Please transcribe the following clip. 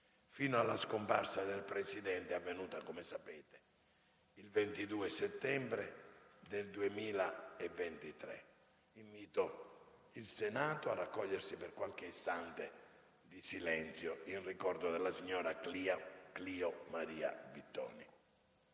fino alla scomparsa del Presidente avvenuta, come sapete, il 22 settembre 2023. Invito il Senato a osservare qualche istante di raccoglimento in ricordo della signora Clio Maria Bittoni.